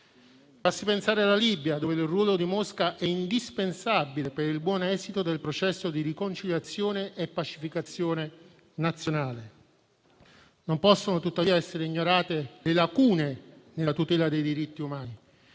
Basti pensare alla Libia, dove il ruolo di Mosca è indispensabile per il buon esito del processo di riconciliazione e pacificazione nazionale. Non possono tuttavia essere ignorate le lacune nella tutela dei diritti umani.